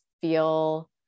feel